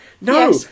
No